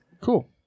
cool